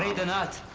not.